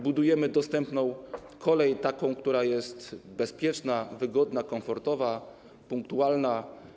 Budujemy dostępną kolej, taką, która jest bezpieczna, wygodna, komfortowa, punktualna.